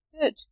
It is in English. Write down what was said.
good